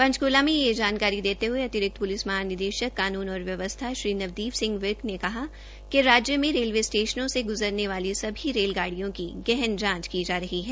पंचकूला में यह जानकारी देते हुये अतिरिक्त पुलिस महानिदेशक कानून और व्यवसथा श्री नवदीप सिंह विर्क ने कहा कि राज्य में रेलवे स्टेशनों से ग्रजरने वाली सभी रेलगाडियों की गहन जांच की जा रही है